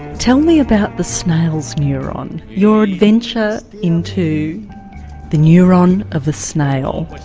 tell me about the snail's neuron, your adventure into the neuron of a snail,